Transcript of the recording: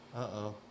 Uh-oh